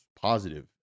positive